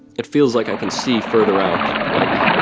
it feels like i can see further out. like,